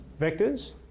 vectors